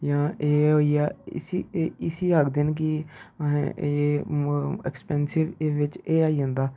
जां एह् होई गेआ इसी एह् इसी आखदे न कि असें एह् ऐक्सपेंसिव बिच्च एह् आई जंदा